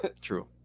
true